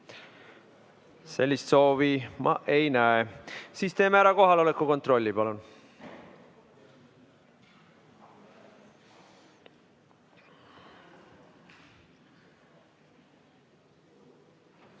Sellist soovi ma ei näe. Teeme ära kohaloleku kontrolli. Palun!